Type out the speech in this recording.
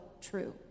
true